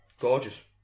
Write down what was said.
Gorgeous